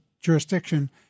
jurisdiction